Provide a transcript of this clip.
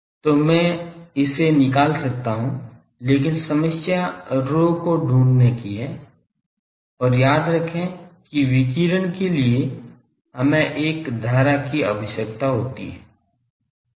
तो मैं इसे निकाल सकता हूं लेकिन समस्या ρ को ढूंढने की है और याद रखें कि विकिरण के लिए हमें एक धारा की आवश्यकता होती है